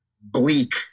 bleak